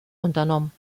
unternommen